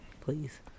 please